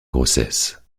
grossesse